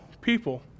people